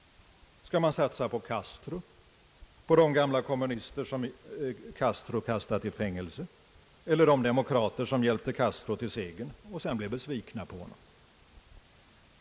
Skall man satsa på Castro, på de gamla kommu nister som Castro kastat i fängelse eller på de demokrater som hjälpte Castro till segern och sedan blev besvikna på honom?